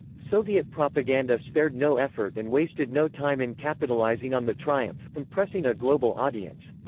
soviet propaganda spared no effort and wasted no time in capitalising on the triumph, impressing a global audience.